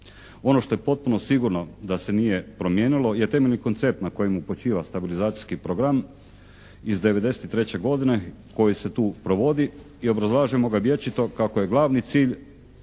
Ono što je potpuno sigurno da se nije promijenilo da je temeljni koncept na kojemu počiva stabilizacijski program iz 93. godine koji se tu provodi i obrazlažemo ga vječito kako je glavni cilj